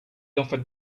offered